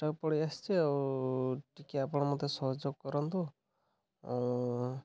କୁ ପଳେଇ ଆଉ ଟିକେ ଆପଣ ମୋତେ ସହଯୋଗ କରନ୍ତୁ